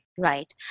Right